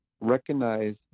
recognize